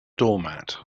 doormat